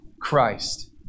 Christ